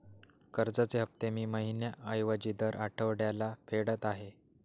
कर्जाचे हफ्ते मी महिन्या ऐवजी दर आठवड्याला फेडत आहे